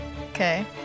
Okay